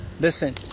Listen